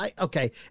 okay